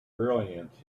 brilliance